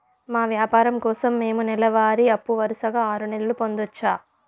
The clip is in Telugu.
మా వ్యాపారం కోసం మేము నెల వారి అప్పు వరుసగా ఆరు నెలలు పొందొచ్చా?